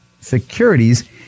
securities